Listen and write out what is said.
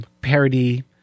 parody